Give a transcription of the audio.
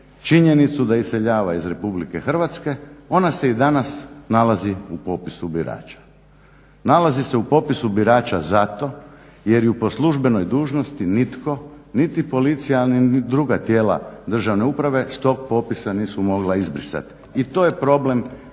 činjenicu da iseljava iz RH, onda se i danas nalazi u popisu birača, nalazi se u popisu birača zato jer ju po službenoj dužnosti nitko niti policija, ali ni druga tijela državne uprave s tog popisa nisu mogla izbrisat. I to je problem